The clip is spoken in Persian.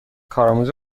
کارآموز